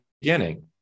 beginning